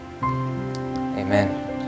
Amen